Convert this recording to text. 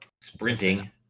Sprinting